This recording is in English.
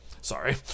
sorry